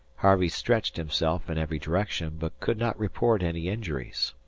harvey stretched himself in every direction, but could not report any injuries.